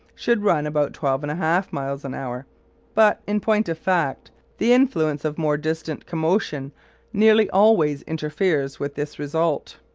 should run about twelve and a half miles an hour but, in point of fact, the influence of more distant commotion nearly always interferes with this result.